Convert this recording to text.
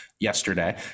Yesterday